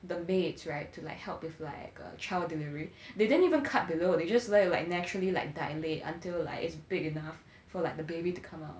the beds right to like help with like uh child delivery they didn't even cut below they just let it like naturally like dilate until like is big enough for like the baby to come out